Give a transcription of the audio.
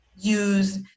use